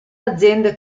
azienda